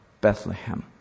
Bethlehem